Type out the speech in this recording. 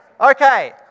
okay